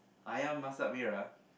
ayam masak merah